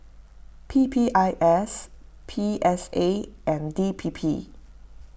P P I S P S A and D P P